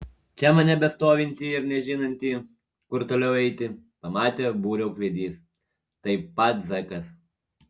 čia mane bestovintį ir nežinantį kur toliau eiti pamatė būrio ūkvedys taip pat zekas